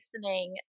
listening